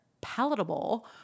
palatable